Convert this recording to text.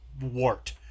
wart